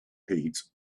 heat